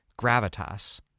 gravitas